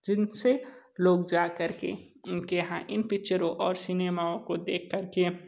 जिन से लोग जा कर के इनके यहाँ इन पिक्चरों और सिनेमाओं को देख कर के